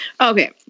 Okay